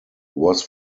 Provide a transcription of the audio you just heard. was